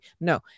no